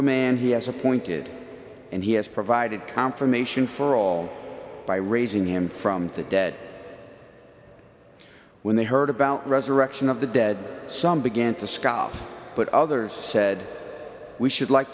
man he has appointed and he has provided confirmation for all by raising him from the dead when they heard about resurrection of the dead some began to scott but others said we should like